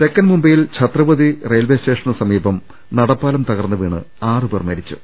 തെക്കൻ മുംബൈയിൽ ഛത്രപതി റെയിൽവേ സ്റ്റേഷന് സമീപം നടപ്പാലം തകർന്നുവീണ് ആറുപേർ മരിച്ചു